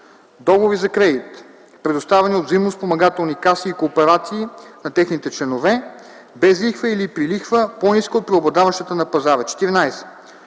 договори за кредит, предоставяни от взаимоспомагателни каси и кооперации на техните членове, без лихва или при лихва, по-ниска от преобладаващата на пазара; 14.